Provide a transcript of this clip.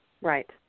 right